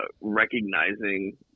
recognizing